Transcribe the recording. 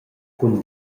cun